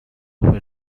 where